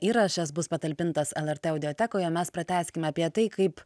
įrašas bus patalpintas lrt audiotekose mes pratęskime apie tai kaip